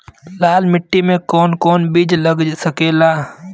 लाल मिट्टी में कौन कौन बीज लग सकेला?